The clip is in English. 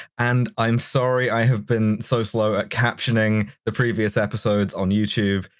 and i'm sorry i have been so slow at captioning the previous episodes on youtube,